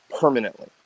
permanently